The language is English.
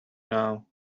now